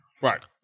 right